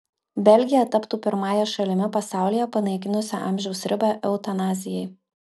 belgija taptų pirmąją šalimi pasaulyje panaikinusia amžiaus ribą eutanazijai